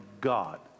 God